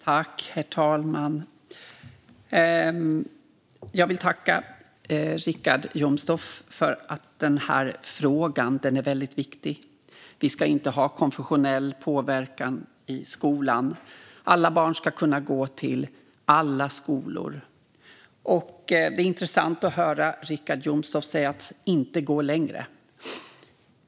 Herr talman! Jag vill tacka Richard Jomshof eftersom denna fråga är väldigt viktig. Vi ska inte ha konfessionell påverkan i skolan. Alla barn ska kunna gå till alla skolor. Det är intressant att höra Richard Jomshof säga att han inte vill gå längre.